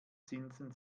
zinsen